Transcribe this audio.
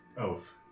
oath